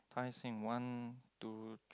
Tai-Seng one two